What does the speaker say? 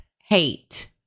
hate